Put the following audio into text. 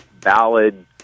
valid